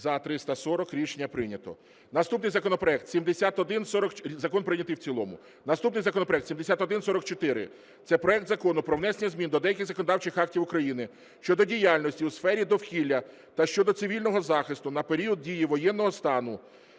Закон прийнятий в цілому. Наступний законопроект 7144. Це проект Закону про внесення змін до деяких законодавчих актів України щодо діяльності у сфері довкілля та щодо цивільного захисту на період дії воєнного стану.